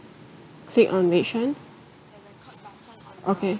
click on which one